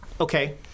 Okay